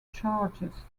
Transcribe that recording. charges